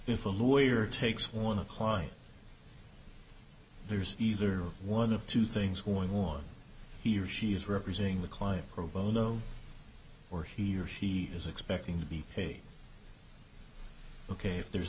if a lawyer takes one the client there's either one of two things one more he or she is representing the client pro bono or he or she is expecting to be paid ok if there